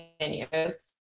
continues